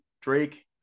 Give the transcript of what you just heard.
Drake